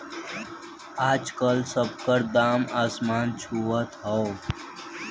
आजकल सब के दाम असमान छुअत हौ